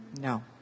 No